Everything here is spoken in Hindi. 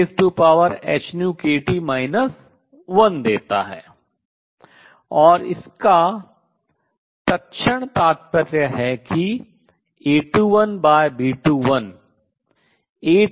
और इसका तत्क्षण तात्पर्य है कि A21B21 8πh3c3 के बराबर है